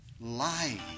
lying